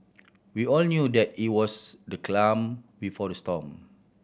we all knew that it was the calm before the storm